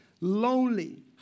lonely